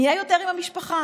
נהיה יותר עם המשפחה,